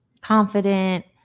confident